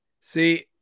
See